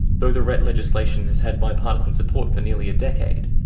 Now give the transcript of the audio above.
though the ret legislation has had bipartisan support for nearly a decade,